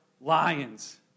lions